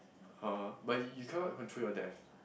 har but he he can not control your death